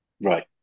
Right